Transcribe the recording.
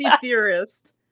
theorist